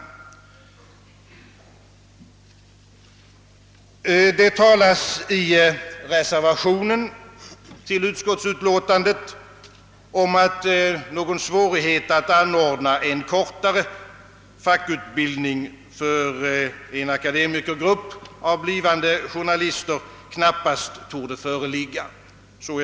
Det talas i reservationen till utskottsutlåtandet om att någon svårighet att anordna en kortare fackutbildning för en akademikergrupp av blivande journalister knappast torde föreligga.